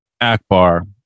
Akbar